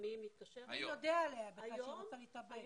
מי יודע עליה בכלל שהיא רוצה להתאבד?